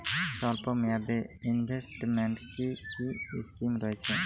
স্বল্পমেয়াদে এ ইনভেস্টমেন্ট কি কী স্কীম রয়েছে?